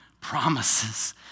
promises